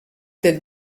del